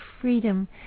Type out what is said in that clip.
freedom